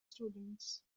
students